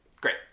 great